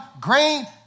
great